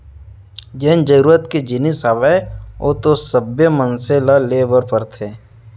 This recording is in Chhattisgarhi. जेन जरुरत के जिनिस हावय ओ तो सब्बे मनसे ल ले बर परथे